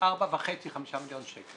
4.5-5 מיליון שקל.